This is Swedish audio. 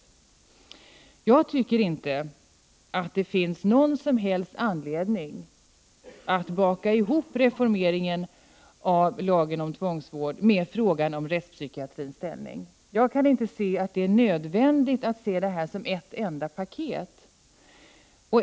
Enligt min åsikt finns det inte någon som helst anledning att baka ihop reformeringen av lagen om tvångsvård med frågan om rättspsykiatrins ställning. Jag kan inte inse nödvändigheten av att se detta som ett enda ”paket”.